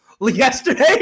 yesterday